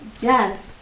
Yes